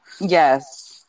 Yes